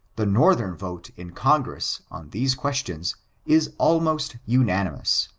the northern vote in congress on these questions is almost unanimous,